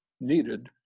needed